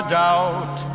doubt